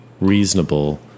reasonable